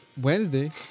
Wednesday